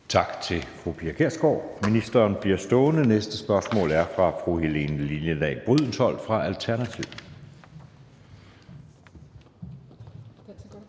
Tak til fru Pia Kjærsgaard. Ministeren bliver stående. Næste spørgsmål er fra Helene Liliendahl Brydensholt fra Alternativet. Kl.